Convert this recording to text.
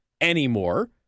anymore